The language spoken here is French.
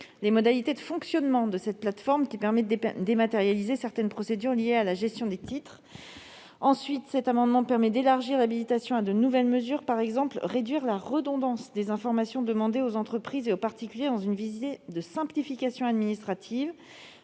les modalités de fonctionnement de cette plateforme, qui permettra de dématérialiser certaines procédures liées à la gestion des titres. Cet amendement tend en outre à élargir l'habilitation à de nouvelles mesures consistant, par exemple, à réduire la redondance des informations demandées aux entreprises et aux particuliers, dans un souci de simplification administrative,